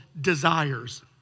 desires